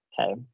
Okay